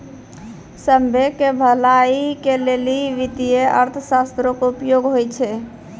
सभ्भे के भलाई के लेली वित्तीय अर्थशास्त्रो के उपयोग होय छै